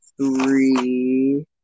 Three